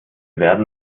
werden